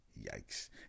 Yikes